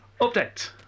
update